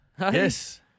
yes